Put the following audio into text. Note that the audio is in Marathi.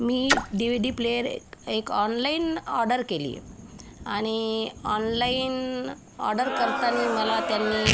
मी डी व्ही डी प्लेयर एक एक ऑनलाईन ऑडर केली आणि ऑनलाईन ऑडर करताना मला त्यांनी